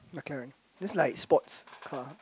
McLaren that's like sports car